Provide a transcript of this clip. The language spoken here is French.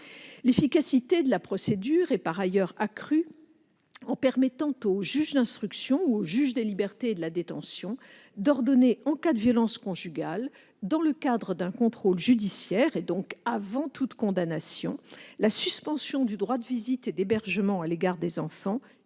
L'efficacité de la procédure est par ailleurs accrue en permettant au juge d'instruction ou au juge des libertés et de la détention d'ordonner, en cas de violences conjugales, dans le cadre d'un contrôle judiciaire- et donc avant toute condamnation -, la suspension du droit de visite et d'hébergement à l'égard des enfants,